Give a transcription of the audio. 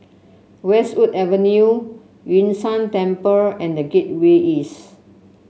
Westwood Avenue Yun Shan Temple and The Gateway East